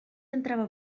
entrava